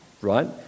right